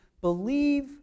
believe